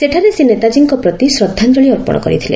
ସେଠାରେ ସେ ନେତାଜୀଙ୍କ ପ୍ରତି ଶ୍ରଦ୍ଧାଞ୍ଜଳୀ ଅର୍ପଣ କରିଥିଲେ